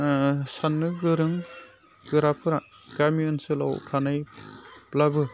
साननो गोरों गोराफोरा गामि ओनसोलाव थानायब्लाबो